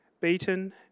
beaten